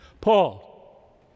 Paul